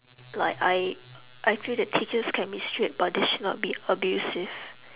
like I I feel that teachers can be strict but they should not be abusive